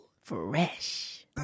Fresh